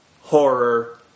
horror